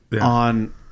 on